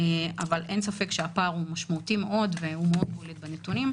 אבל אין ספק שהפער הוא משמעותי מאוד והוא מאוד בולט בנתונים.